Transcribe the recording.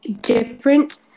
different